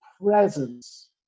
presence